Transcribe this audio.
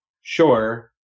Sure